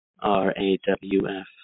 R-A-W-F